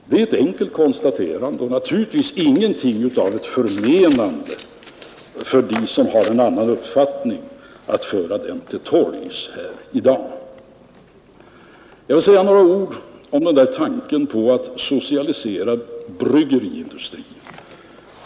Det är ett enkelt konstaterande och naturligtvis ingenting av ett förmenande för dem som har en annan uppfattning att föra denna till tals här i dag. Jag vill säga några ord om tanken på att socialisera bryggeriindustrin.